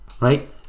right